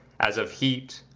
as of heat,